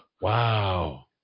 Wow